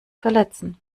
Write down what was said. verletzen